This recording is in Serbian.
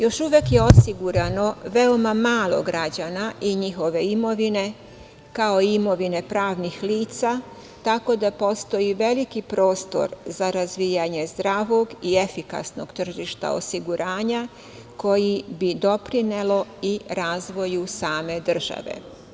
Još uvek je osigurano veoma malo građana i njihove imovine, kao i imovine pravnih lica tako da postoji veliki prostor za razvijanje zdravog i efikasnog tržišta osiguranja koji bi doprineo i razvoju same države.